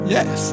Yes